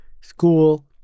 School